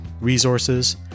resources